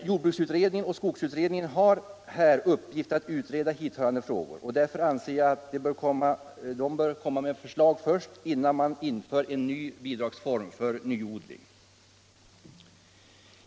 Jordbruksutredningen och skogsutredningen har emellertid i uppgift att utreda hithörande frågor och därför anser jag att de bör komma med förslag innan man inför en ny bidragsform för nyodling.